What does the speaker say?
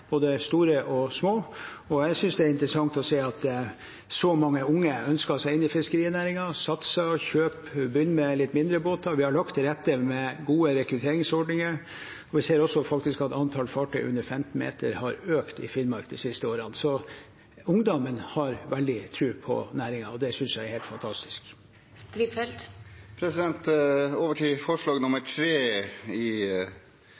seg inn i fiskerinæringen, satser og kjøper, og begynner med litt mindre båter. Vi har lagt til rette med gode rekrutteringsordninger. Vi ser faktisk også at antall fartøy under 15 meter har økt i Finnmark de siste årene. Ungdommen har veldig tro på næringen, og det synes jeg er helt fantastisk. Over til forslag nr. 3 i